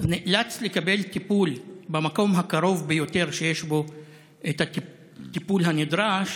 נאלץ לקבל טיפול במקום הקרוב ביותר שיש בו הטיפול הנדרש,